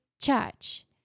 charge